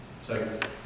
Second